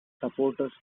supporters